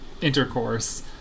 intercourse